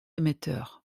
émetteur